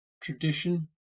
tradition